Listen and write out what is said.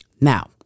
Now